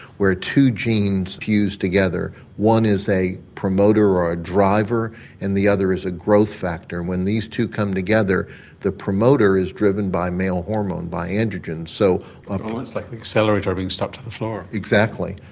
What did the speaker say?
where two genes fuse together one is a promoter or driver and the other is a growth factor. and when these two come together the promoter is driven by male hormone, by androgen. so um ah that's like an accelerator being stuck to the floor. exactly.